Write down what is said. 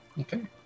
Okay